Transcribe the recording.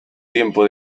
tiempo